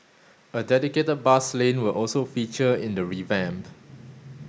a dedicated bus lane will also feature in the revamp